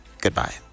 goodbye